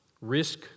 Risk